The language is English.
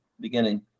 beginning